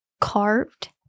carved